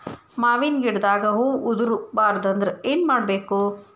ಮಾವಿನ ಗಿಡದಾಗ ಹೂವು ಉದುರು ಬಾರದಂದ್ರ ಏನು ಮಾಡಬೇಕು?